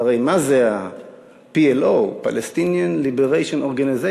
והרי מה זה ה-PLO: Palestine Liberation Organization,